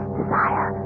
desire